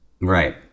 Right